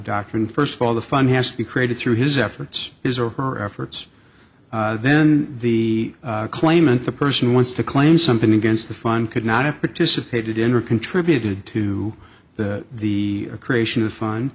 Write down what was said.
doctrine first of all the fund has to be created through his efforts his or her efforts then the claimant the person wants to claim something against the fun could not have participated in or contributed to the creation of fun